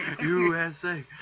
USA